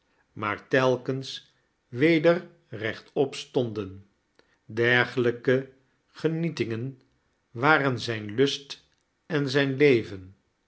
maar telkens weder rechtop stoaden dergelijke genietingen waren zijn lust en zijn levem